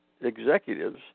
executives